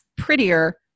prettier